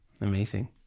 Amazing